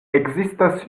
ekzistas